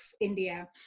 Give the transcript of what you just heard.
India